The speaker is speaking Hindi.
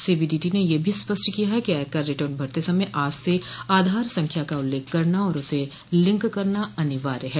सी बी डी टी ने यह भी स्पष्ट किया है कि आयकर रिटर्न भरते समय आज से आधार संख्या का उल्लेख करना और उसे लिंक करना अनिवार्य है